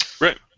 Right